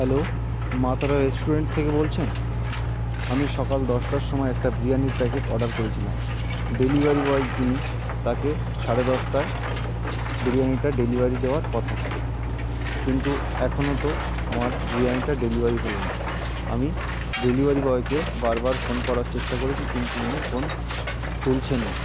hello Maa Tara restaurant থেকে বলছেন আমি সকাল দশটার সময় একটা বিরিয়ানির প্যাকেট অর্ডার করেছিলাম ডেলিভারি বয় যিনি তাকে সাড়ে দশটায় বিরিয়ানিটা ডেলিভারি দেওয়ার কথা ছিল কিন্তু এখনও তো আমার বিরিয়ানিটা ডেলিভারি হলো না আমি ডেলিভারি বয়কে বার বার ফোন করার চেষ্টা করেছি কিন্তু উনি ফোন তুলছেন না